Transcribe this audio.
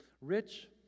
Rich